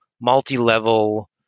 multi-level